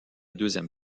deuxième